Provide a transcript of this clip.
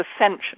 Ascension